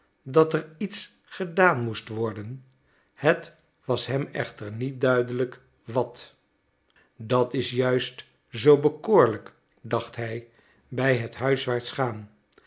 dat er iets gedaan moest worden het was hem echter niet duidelijk wat dat is juist zoo bekoorlijk dacht hij bij het huiswaarts gaan